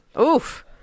oof